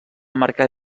marcar